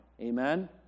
amen